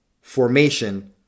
formation